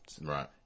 Right